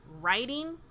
writing